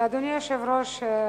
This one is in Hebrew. אדוני היושב-ראש,